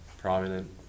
prominent